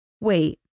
Wait